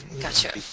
Gotcha